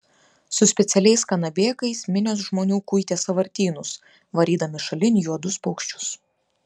su specialiais kanabėkais minios žmonių kuitė sąvartynus varydami šalin juodus paukščius